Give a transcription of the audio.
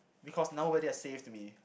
because nobody has saved me